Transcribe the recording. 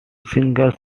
singers